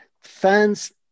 Fans